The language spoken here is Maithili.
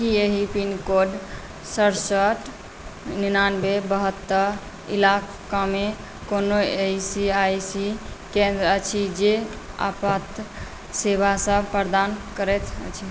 कि एहि पिनकोड सड़सठि निनानवे बहत्तरि इलाकामे कोनो ई एस आइ सी केन्द्र अछि जे आपात सेवासब प्रदान करैत अछि